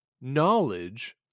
knowledge